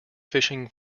fishing